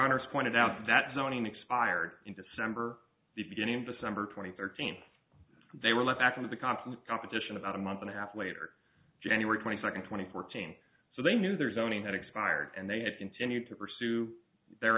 honour's pointed out that zoning expired in december the beginning of december twenty third team they were left after the conflict competition about a month and a half later january twenty second twenty four change so they knew their zoning had expired and they have continued to pursue their